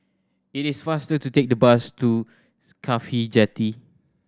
it is faster to take the bus to CAFHI Jetty